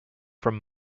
from